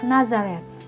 Nazareth